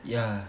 yeah